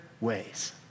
ways